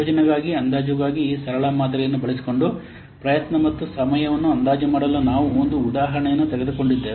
ಯೋಜನೆಯ ಅಂದಾಜುಗಾಗಿ ಈ ಸರಳವಾದ ಮಾದರಿಯನ್ನು ಬಳಸಿಕೊಂಡು ಪ್ರಯತ್ನ ಮತ್ತು ಸಮಯವನ್ನು ಅಂದಾಜು ಮಾಡಲು ನಾವು ಒಂದು ಉದಾಹರಣೆಯನ್ನು ತೆಗೆದುಕೊಂಡಿದ್ದೇವೆ